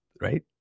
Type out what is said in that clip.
Right